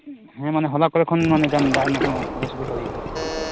ᱦᱮᱸ ᱢᱟᱱᱮ ᱦᱚᱞᱟ ᱠᱚᱨᱮ ᱠᱷᱚᱱ ᱢᱟᱱᱮ ᱫᱟᱜ ᱨᱮᱱᱟᱜ ᱚᱥᱩᱵᱤᱫᱟ ᱦᱩᱭᱟᱱᱟ